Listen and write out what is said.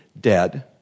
dead